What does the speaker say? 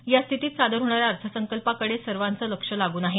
या स्थितीत सादर होणाऱ्या अर्थसंकल्पाकडे सर्वांचं लक्ष लागून आहे